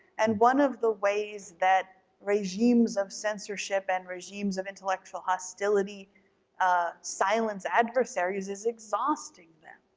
and one of the ways that regimes of censorship and regimes of intellectual hostility ah silence adversaries is exhausting them.